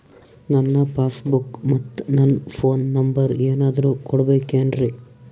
ನನ್ನ passbook ಮತ್ ನನ್ನ ಫೋನ್ ನಂಬರ್ ಏನಾದ್ರು ಕೊಡಬೇಕೆನ್ರಿ?